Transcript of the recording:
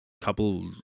couple